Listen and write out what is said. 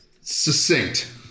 succinct